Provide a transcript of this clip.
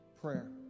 prayer